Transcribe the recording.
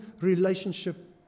relationship